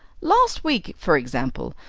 last week, for example,